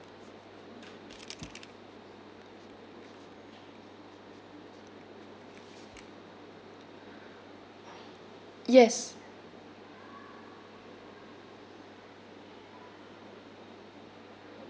yes